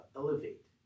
elevate